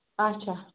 اَچھا